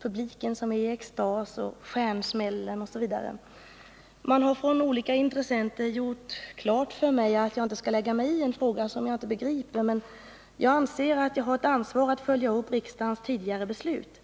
publiken som är i extas, stjärnsmällar osv. Olika intressenter har gjort klart för mig att jag inte skall lägga mig i en fråga som jag inte begriper, men jag anser att jag har ett ansvar att följa upp riksdagens tidigare beslut.